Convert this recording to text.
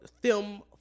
film